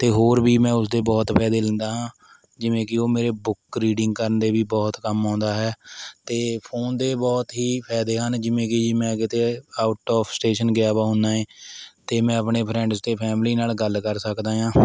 ਅਤੇ ਹੋਰ ਵੀ ਮੈਂ ਉਸਦੇ ਬਹੁਤ ਫਾਇਦੇ ਲੈਂਦਾ ਹਾਂ ਜਿਵੇਂ ਕਿ ਉਹ ਮੇਰੇ ਬੁੱਕ ਰੀਡਿੰਗ ਕਰਨ ਦੇ ਵੀ ਬਹੁਤ ਕੰਮ ਆਉਂਦਾ ਹੈ ਅਤੇ ਫ਼ੋਨ ਦੇ ਬਹੁਤ ਹੀ ਫਾਇਦੇ ਹਨ ਜਿਵੇਂ ਕਿ ਮੈਂ ਕਿਤੇ ਆਊਟ ਆਫ ਸਟੇਸ਼ਨ ਗਿਆ ਵਾ ਹੁੰਨਾ ਏ ਅਤੇ ਮੈਂ ਆਪਣੇ ਫਰੈਂਡਜ਼ ਅਤੇ ਫੈਮਿਲੀ ਨਾਲ਼ ਗੱਲ ਕਰ ਸਕਦਾ ਹਾਂ